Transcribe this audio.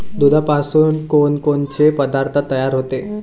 दुधापासून कोनकोनचे पदार्थ तयार होते?